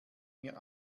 mir